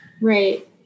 Right